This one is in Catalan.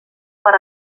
per